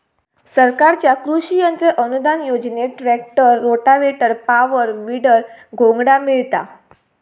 सरकारच्या कृषि यंत्र अनुदान योजनेत ट्रॅक्टर, रोटावेटर, पॉवर, वीडर, घोंगडा मिळता